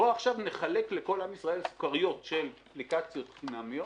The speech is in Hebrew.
עכשיו נחלק לכל עם ישראל סוכריות של אפליקציות חינמיות